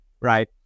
right